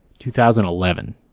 2011